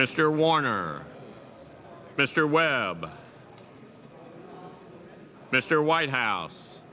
mr warner mr webb mr white house